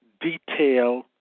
detail